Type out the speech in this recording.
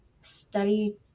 study